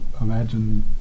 imagine